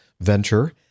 venture